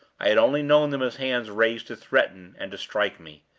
i had only known them as hands raised to threaten and to strike me.